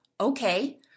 Okay